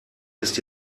ist